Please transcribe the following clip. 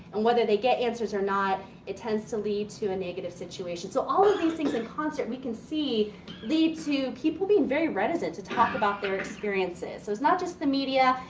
and whether they get answers or not it tends to lead to a negative situation. so, all of these things, the constant, we can see lead to people being very reticent to talk about their experiences. so, it's not just the media.